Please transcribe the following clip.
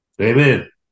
Amen